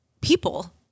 people